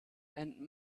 and